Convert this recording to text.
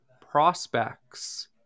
prospects